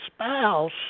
spouse